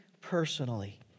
personally